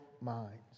minds